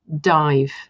dive